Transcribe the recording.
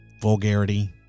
vulgarity